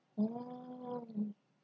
oh